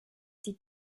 die